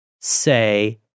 say